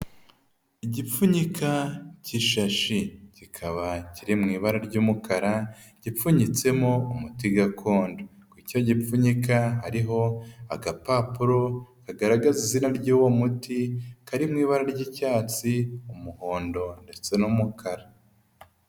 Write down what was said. Igipfunyika cy'ishashi kikaba kiri mu ibara ry'umukara gipfunyitsemo umuti gakondo, ku icyo gipfunyika hariho agapapuro kagaragaza izina ry'uwo muti kari mu ibara ry'icyatsi, umuhondo ndetse n'umukara.